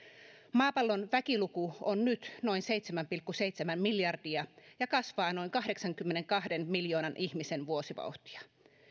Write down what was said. maapallon väkiluku on nyt noin seitsemän pilkku seitsemän miljardia ja kasvaa noin kahdeksankymmenenkahden miljoonan ihmisen vuosivauhtia